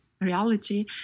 reality